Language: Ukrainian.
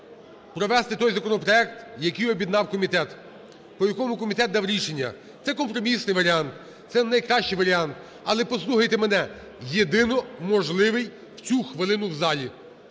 провести той законопроект, який об'єднав комітет, по якому комітет дав рішення. Це компромісний варіант, це не найкращий варіант, але послухайте мене – єдино можливий у цю хвилину в залі.